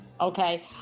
Okay